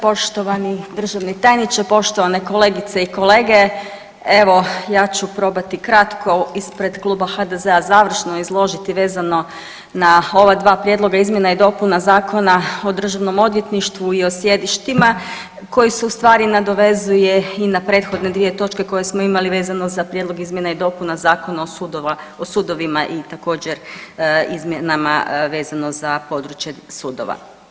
Poštovani državni tajniče, poštovane kolegice i kolege, evo ja ću probati kratko ispred Kluba HDZ-a završno izložiti vezano na ova dva prijedloga izmjena i dopuna Zakona o državnom odvjetništvu i o sjedištima koji se u stvari nadovezuje i na prethodne dvije točke koje smo imali vezano za prijedlog izmjena i dopuna Zakona o sudova, o sudovima i također izmjenama vezano za područje sudova.